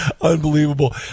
unbelievable